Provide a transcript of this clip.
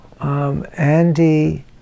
Andy